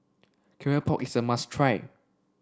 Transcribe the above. Keropok is a must try